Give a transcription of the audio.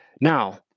Now